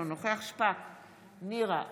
אינו נוכח נירה שפק,